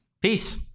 Peace